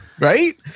right